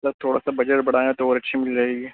سر تھوڑا سا بجٹ بڑھائیں تو اور اچھی مل جائے گی